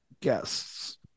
guests